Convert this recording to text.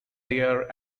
there